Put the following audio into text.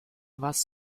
was